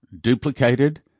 duplicated